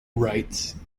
writes